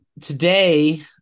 Today